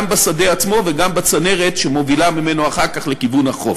גם בשדה עצמו וגם בצנרת שמובילה ממנו אחר כך לכיוון החוף.